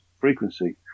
frequency